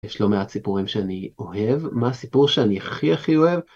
יש לו מעט סיפורים שאני אוהב, מה הסיפור שאני הכי הכי אוהב?